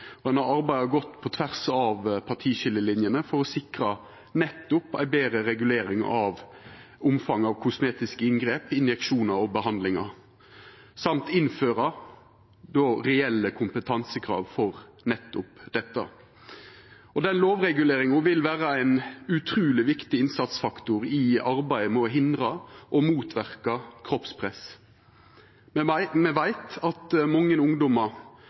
Ein har arbeidd godt på tvers av partiskiljelinjene for å sikra ei betre regulering av omfanget av kosmetiske inngrep, injeksjonar og behandlingar og innføra reelle kompetansekrav for nettopp dette. Den lovreguleringa vil vera ein utruleg viktig innsatsfaktor i arbeidet med å hindra og motverka kroppspress. Me veit at mange ungdomar